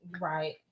Right